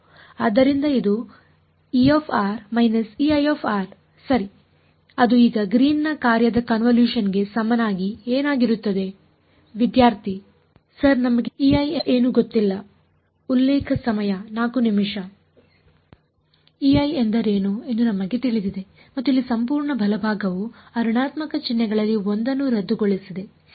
ಆದ್ದರಿಂದ ಅದು ಸರಿ ಅದು ಈಗ ಗ್ರೀನ್ನ ಕಾರ್ಯದ ಕನ್ವಲ್ಯೂಷನ್ ಗೆ ಸಮನಾಗಿ ಏನಾಗಿರುತ್ತದೆ ವಿದ್ಯಾರ್ಥಿ ಸರ್ ನಮಗೆ ಏನು ಗೊತ್ತಿಲ್ಲ ಎಂದರೇನು ಎಂದು ನಮಗೆ ತಿಳಿದಿದೆ ಮತ್ತು ಇಲ್ಲಿ ಸಂಪೂರ್ಣ ಬಲಭಾಗವು ಆ ಋಣಾತ್ಮಕ ಚಿಹ್ನೆಗಳಲ್ಲಿ ಒಂದನ್ನು ರದ್ದುಗೊಳಿಸಿದೆ ಸರಿ